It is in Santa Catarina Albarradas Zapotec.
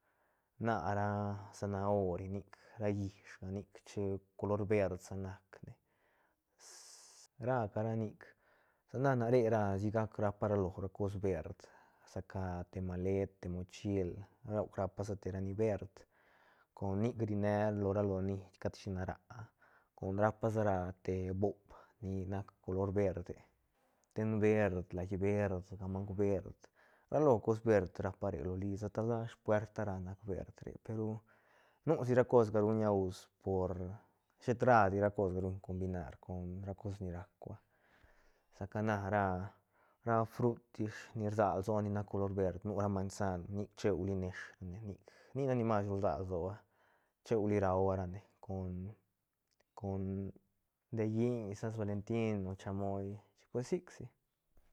Na ra zanaori nic ra llishga nic che- color verd sa nac ne ra ca ra nic sa na ra re ra sigac rapa rlo ra cos verd sa ca te malet te mochil roc rapa sa te ra ni verd con nic ri nea lora lo ni cad china raa con rapa sa ra te boob ni nac color verde ten verd lait verd gamauk verd ralo cos verd rapa re ro lisa ta sa spuerta ra nac verd pe ru nu si ra cosga ruñna us por shet radi ra cosga ruñ combinar con cos ni racua sa ca na ra ra frut ish ni rsag lsoa ni nac color verd nu ra manzan nic cheuli nesh ne nic nac ni mas ru rsac lsoa cheuli rahuarane con- con delliñ sals velentin o chamoy chic pues sic si.